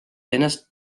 ennast